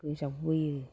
गोजावबोयो